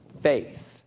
faith